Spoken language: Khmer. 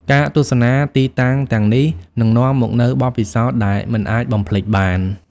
ការទស្សនាទីតាំងទាំងនេះនឹងនាំមកនូវបទពិសោធន៍ដែលមិនអាចបំភ្លេចបាន។